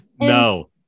No